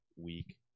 week